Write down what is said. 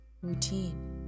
routine